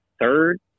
third